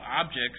objects